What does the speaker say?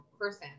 person